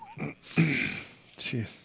Jeez